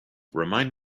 remind